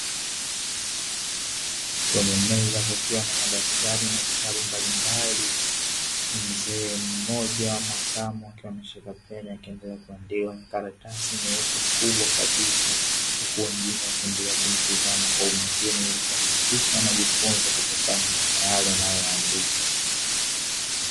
Kwenye meza kukiwa na madaftari na vitabu mbalimbali, mzee mmoja wa makamo akiwa ameshika peni akiendelea kuandika kwenye karatasi nyeupe kubwa kabisa. Huku wengine wakiendelea kumtazama kwa makini ili kuhakikisha wanajifunza kutokana na yale anayoyaandika.